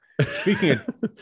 Speaking